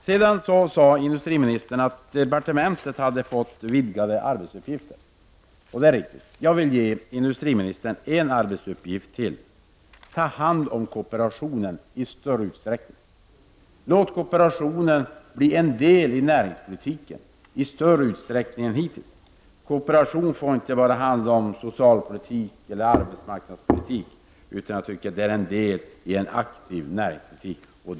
Sedan sade industriministern att departementet har fått vidgade arbetsuppgifter. Det är riktigt, och jag vill ge industriministern ytterligare en arbetsuppgift: Ta hand om kooperationen i större utsträckning! Låt kooperationen i större utsträckning än hittills bli en del av näringspolitiken! Kooperation får inte bara handla om socialpolitik eller arbetsmarknadspolitik — det bör vara en del av en aktiv näringspolitik.